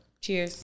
Cheers